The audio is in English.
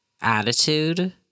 attitude